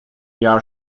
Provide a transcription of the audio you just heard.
jahr